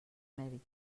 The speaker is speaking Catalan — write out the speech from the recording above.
medici